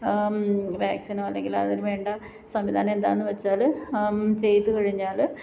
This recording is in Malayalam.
വാക്സിനോ അല്ലെങ്കിൽ അതിനുവേണ്ട സംവിധാനം എന്താന്ന് വെച്ചാൽ ചെയ്ത് കഴിഞ്ഞാൽ